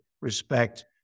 respect